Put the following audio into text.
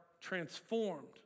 transformed